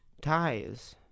ties